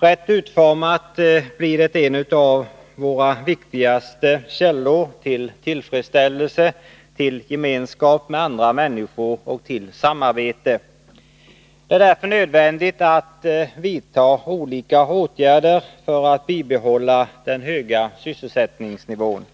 Rätt utformat blir det en av våra viktigaste källor till tillfredsställelse, till gemenskap med andra människor och till samarbete. Det är därför nödvändigt att vidta olika åtgärder för att den höga sysselsättningsnivån skall kunna bibehållas.